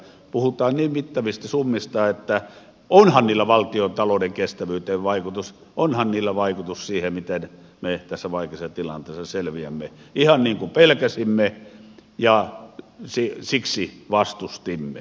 puhutaan niin mittavista summista että onhan niillä valtiontalouden kestävyyteen vaikutus onhan niillä vaikutus siihen miten me tässä vaikeassa tilanteessa selviämme ihan niin kuin pelkäsimme ja siksi vastustimme